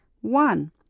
one